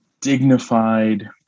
dignified